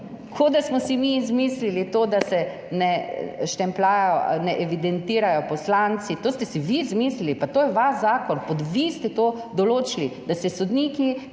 da smo si mi izmislili to, da se ne štempljajo, ne evidentirajo poslanci. To ste si vi izmislili, pa to je vaš zakon! Vi ste to določili, da se sodniki,